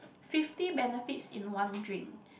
fifty benefits in one drink